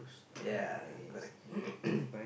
ya correct